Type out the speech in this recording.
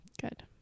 good